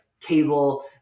cable